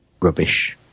rubbish